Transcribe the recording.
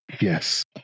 Yes